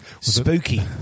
Spooky